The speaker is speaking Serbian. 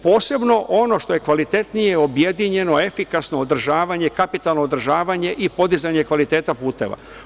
Posebno ono što je kvalitetnije, objedinjeno, efikasno održavanje, kapitalno održavanje i podizanje kvaliteta puteva.